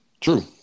True